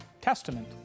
testament